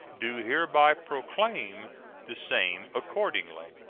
do hereby proclaim the same accordingly.